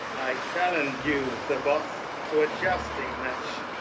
i challenge you, sir boss, to a jousting match.